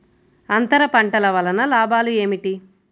అంతర పంటల వలన లాభాలు ఏమిటి?